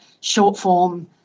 short-form